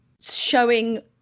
showing